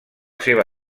seva